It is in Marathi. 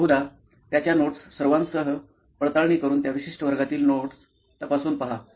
बहुधा त्याच्या नोट्स सर्वांसह पडताळणी करून त्या विशिष्ट वर्गातील नोट्स तपासून पहा